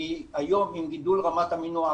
כי היום עם גידול רמת המינוע,